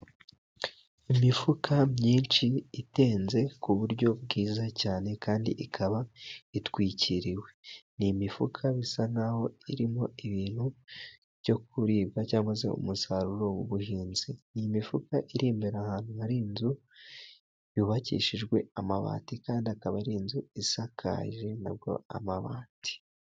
Imifuka myinshi ipanze ku buryo bwiza cyane kandi ikaba itwikiriwe n'imifuka, bisa nkaho irimo ibintu byo kuribwa cyangwa se umusaruro w'ubuhinzi, ni imifuka iri imbere ahantu hari inzu yubakishijwe amabati, kandi akaba ari inzu isakaje nabwo amabati.